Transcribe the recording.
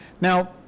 now